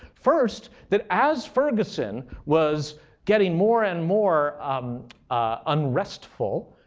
first, that as ferguson was getting more and more unrestful,